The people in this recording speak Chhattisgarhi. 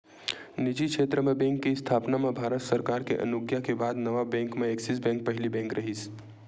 निजी छेत्र म बेंक के इस्थापना म भारत सरकार के अनुग्या के बाद नवा बेंक म ऐक्सिस बेंक पहिली बेंक रिहिस